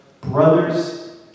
brothers